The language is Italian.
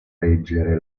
reggere